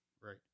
right